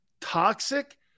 toxic